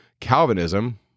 Calvinism